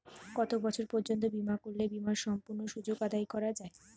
কত বছর পর্যন্ত বিমা করলে বিমার সম্পূর্ণ সুযোগ আদায় করা য়ায়?